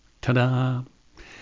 Ta-da